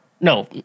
No